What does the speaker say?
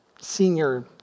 senior